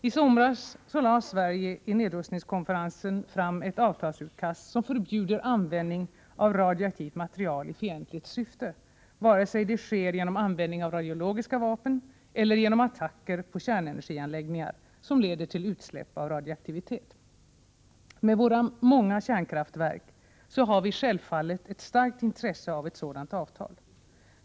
I somras framlade Sverige i nedrustningskonferensen ett avtalsutkast, som förbjuder användning av radioaktivt material i fientligt syfte, vare sig detta sker genom användning av radiologiska vapen eller genom attacker på kärnenergianläggningar, som leder till utsläpp av radioaktivitet. Med våra många kärnkraftverk har vi självfallet ett starkt intresse av ett sådant avtal.